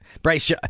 Bryce